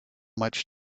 much